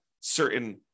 certain